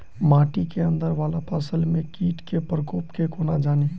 माटि केँ अंदर वला फसल मे कीट केँ प्रकोप केँ कोना जानि?